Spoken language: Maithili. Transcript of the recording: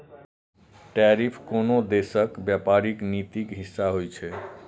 टैरिफ कोनो देशक व्यापारिक नीतिक हिस्सा होइ छै